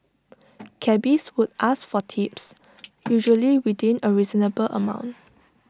cabbies would ask for tips usually within A reasonable amount